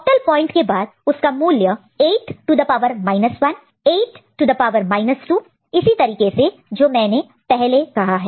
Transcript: octal point के बाद उसका मूल्य 8 to the power 1 8 to the power 2 इसी तरीके से जो मैंने पहले कहा है